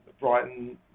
Brighton